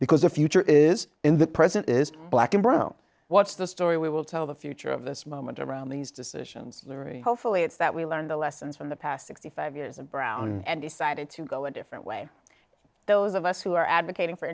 because the future is in the present is black and brown what's the story we will tell the future of this moment around these decisions hopefully it's that we learn the lessons from the past sixty five years and brown and decided to go a different way those of us who are advocating for